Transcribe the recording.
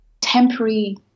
temporary